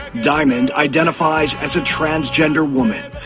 diamond identifies as a transgender woman,